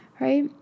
right